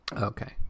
okay